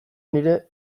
nire